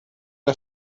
der